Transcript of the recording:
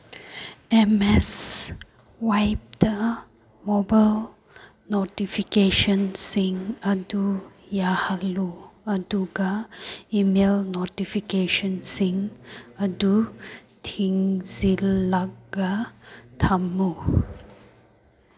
ꯑꯦꯝꯃꯦꯁ ꯋꯥꯏꯞꯇ ꯃꯣꯕꯥꯏꯜ ꯅꯣꯇꯤꯐꯤꯀꯦꯁꯟꯁꯤꯡ ꯑꯗꯨ ꯌꯥꯍꯜꯂꯨ ꯑꯗꯨꯒ ꯏꯃꯦꯜ ꯅꯣꯇꯤꯐꯤꯀꯦꯁꯟꯁꯤꯡ ꯑꯗꯨ ꯊꯤꯡꯖꯤꯜꯂꯒ ꯊꯝꯃꯨ